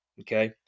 okay